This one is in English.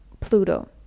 Pluto